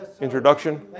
introduction